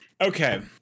Okay